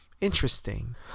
interesting